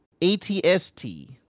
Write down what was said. ATST